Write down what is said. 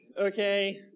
okay